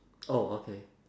oh okay